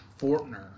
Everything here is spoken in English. Fortner